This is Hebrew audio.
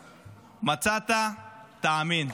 מצאת, תאמין.